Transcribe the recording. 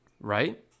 right